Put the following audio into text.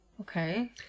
Okay